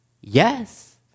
yes